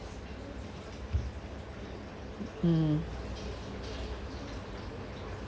mm